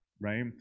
right